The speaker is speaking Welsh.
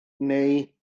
neu